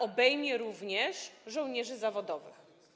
Obejmie ona również żołnierzy zawodowych.